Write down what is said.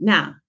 Now